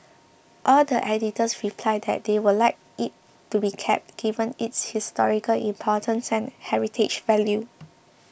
all the editors replied that they would like it to be kept given its historical importance and heritage value